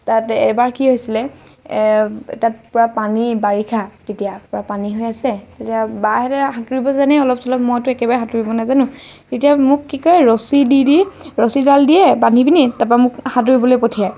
তাত এবাৰ কি হৈছিলে তাত পূৰা পানী বাৰিষা তেতিয়া পূৰা পানী হৈ আছে তেতিয়া বাহঁতে সাঁতুৰিব জানে অলপ চলপ মইতো একেবাৰে সাঁতুৰিব নাজানো তেতিয়া মোক কি কৰে ৰছী দি দি ৰছীডাল দিয়ে টানি পিনি তাৰপৰা মোক সাঁতুৰিবলৈ পঠিয়ায়